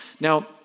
Now